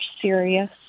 serious